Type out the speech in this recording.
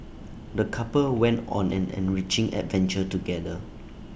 the couple went on an enriching adventure together